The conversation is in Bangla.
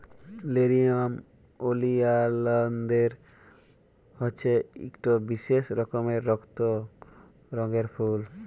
লেরিয়াম ওলিয়ালদের হছে ইকট বিশেষ রকমের রক্ত রঙের ফুল